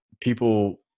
people